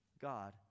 God